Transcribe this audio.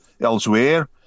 elsewhere